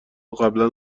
قبلا